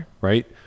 right